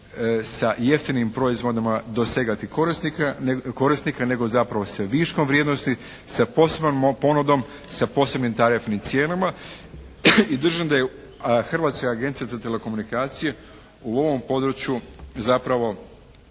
sa jeftinim proizvodima dosezati korisnika nego zapravo sa viškom vrijednosti, sa posebnom ponudom sa posebnim tarifnim cijenama i držim da je Hrvatska agencije za telekomunikacije u ovom području zapravo